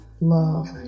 love